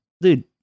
dude